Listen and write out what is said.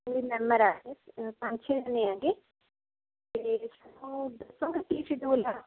ਅਤੇ ਪੰਜ ਛੇ ਜਣੇ ਹੈਗੇ ਅਤੇ ਸਾਨੂੰ ਦੱਸੋਂਗੇ ਕੀ ਸ਼ਡਿਊਲ ਆ